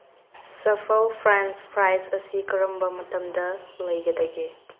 shuffle french fries ꯑꯁꯤ ꯀꯔꯝꯕ ꯃꯇꯝꯗ ꯂꯩꯒꯗꯒꯦ